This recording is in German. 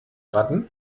ratten